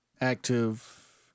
active